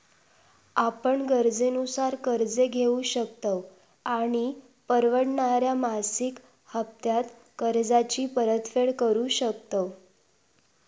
आपण गरजेनुसार कर्ज घेउ शकतव आणि परवडणाऱ्या मासिक हप्त्त्यांत कर्जाची परतफेड करु शकतव